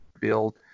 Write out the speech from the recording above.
build